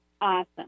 Awesome